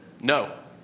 No